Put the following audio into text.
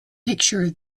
picture